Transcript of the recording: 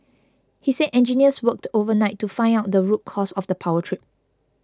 he said engineers worked overnight to find out the root cause of the power trip